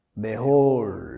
Behold